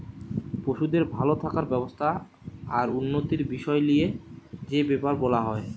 পশুদের ভাল থাকার ব্যবস্থা আর উন্নতির বিষয় লিয়ে যে বেপার বোলা হয়